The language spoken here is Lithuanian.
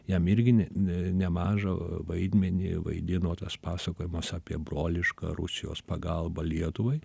jam irgi ne nemažą vaidmenį vaidino tas pasakojimas apie broliška rusijos pagalba lietuvai